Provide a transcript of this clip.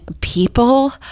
people